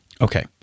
Okay